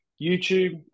YouTube